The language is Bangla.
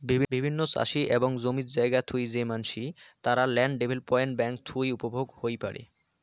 বিভিন্ন চাষি এবং জমি জায়গা থুই যে মানসি, তারা ল্যান্ড ডেভেলপমেন্ট বেঙ্ক থুই উপভোগ হই পারে